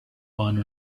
one